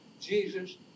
Jesus